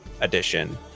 edition